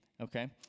Okay